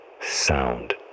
sound